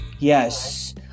Yes